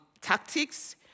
tactics